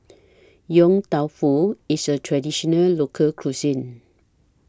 Yong Tau Foo IS A Traditional Local Cuisine